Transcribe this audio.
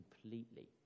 completely